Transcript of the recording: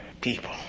people